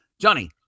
Johnny